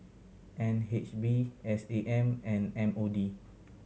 N H B S A M and M O D